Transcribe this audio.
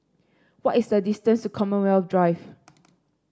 what is the distance to Commonwealth Drive